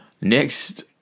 Next